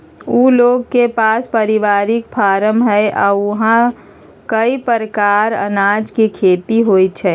उ लोग के पास परिवारिक फारम हई आ ऊहा कए परकार अनाज के खेती होई छई